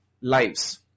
lives